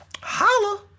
Holla